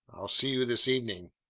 i'll see you this evening.